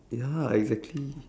ya exactly